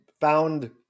found